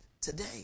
today